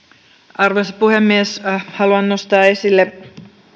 arvoisa puhemies haluan nostaa esille